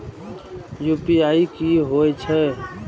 UPI की होई छै?